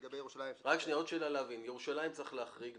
לגבי ירושלים --- את ירושלים צריך להחריג,